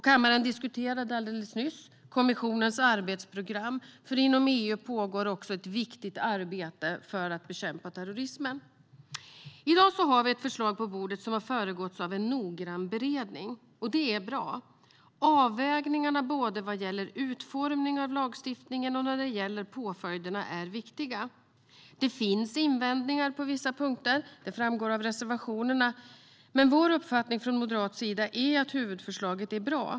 Kammaren diskuterade alldeles nyss kommissionens arbetsprogram; inom EU pågår också ett viktigt arbete för att bekämpa terrorismen. I dag har vi ett förslag på bordet som har föregåtts av en noggrann beredning. Det är bra. Avvägningarna både vad gäller utformning av lagstiftningen och när det gäller påföljder är viktiga. Det finns invändningar på vissa punkter; det framgår av reservationerna. Vår uppfattning från moderat sida är dock att huvudförslaget är bra.